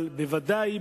אבל בוודאי,